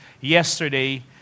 yesterday